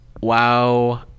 wow